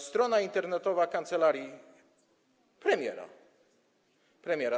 Strona internetowa kancelarii premiera.